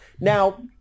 Now